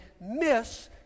miss